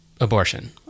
abortion